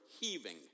heaving